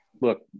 Look